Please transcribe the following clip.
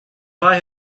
buy